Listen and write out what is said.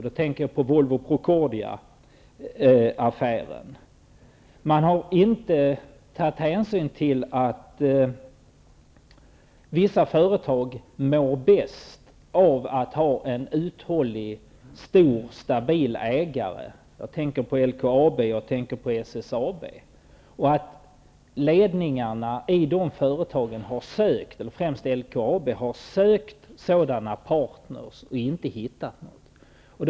Jag tänker på Volvo-- Man har inte tagit hänsyn till att vissa företag mår bäst av att ha en uthållig, stor och stabil ägare. Jag tänker på LKAB och SSAB och att ledningen -- främst i LKAB -- har sökt sådana partner men inte hittat någon.